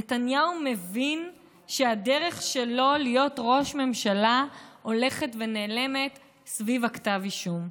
נתניהו מבין שהדרך שלו להיות ראש ממשלה הולכת ונעלמת סביב כתב האישום.